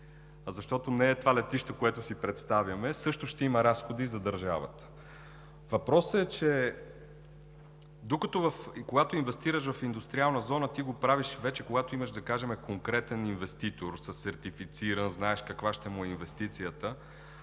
защото не е това летище, което си представяме, също ще има разходи за държавата. Въпросът е, че когато инвестираш в индустриална зона, ти го правиш вече когато имаш, да кажем, конкретен инвеститор – сертифициран, знаеш каква ще му е инвестицията.